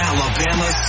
Alabama